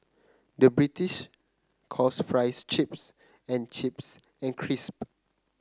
the British calls fries chips and chips and crisp